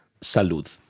salud